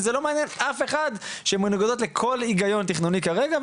זה לא מעניין אף אחד שהן מנוגדות לכל היגיון תכנוני כרגע,